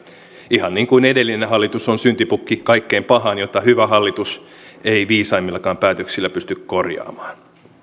ihan niin kuin edellinen hallitus on syntipukki kaikkeen pahaan jota hyvä hallitus ei viisaimmillakaan päätöksillä pysty korjaamaan